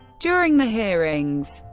during the hearings,